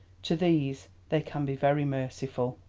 to these they can be very merciful.